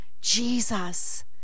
Jesus